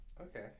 Okay